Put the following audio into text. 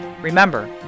Remember